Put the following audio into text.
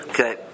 Okay